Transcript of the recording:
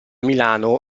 milano